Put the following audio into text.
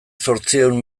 zortziehun